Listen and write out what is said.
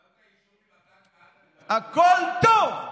קיבלת אישור ממתן כהנא לדבר, הכול טוב.